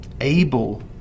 able